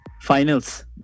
finals